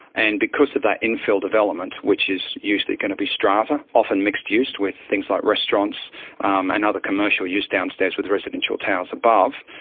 and because of that in-fill development, which is usually going to be strata, often mixed-use with things like restaurants and other commercial use downstairs with residential towers above,